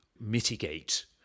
mitigate